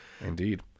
Indeed